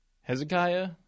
Hezekiah